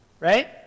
Right